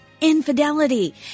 infidelity